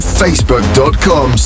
facebook.com